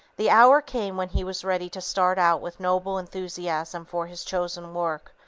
the hour came when he was ready to start out with noble enthusiasm for his chosen work,